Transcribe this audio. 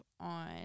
on